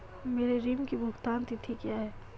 मेरे ऋण की भुगतान तिथि क्या है?